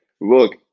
look